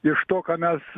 iš to ką mes